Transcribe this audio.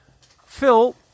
Phil